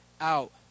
out